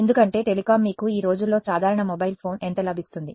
ఎందుకంటే టెలికాం మీకు ఈ రోజుల్లో సాధారణ మొబైల్ ఫోన్ ఎంత లభిస్తుంది